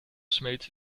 smeet